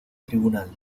tribunal